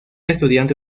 estudiante